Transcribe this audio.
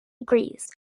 agrees